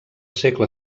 segle